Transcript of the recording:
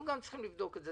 אנחנו צריכים לבדוק את זה.